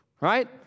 right